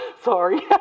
Sorry